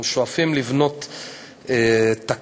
אנחנו שואפים לבנות תקנה.